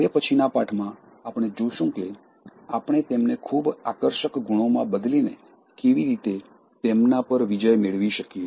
હવે પછીનાં પાઠમાં આપણે જોશું કે આપણે તેમને ખૂબ આકર્ષક ગુણોમાં બદલીને કેવી રીતે તેમના પર વિજય મેળવી શકીએ